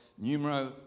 numero